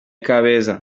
kabeza